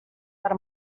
per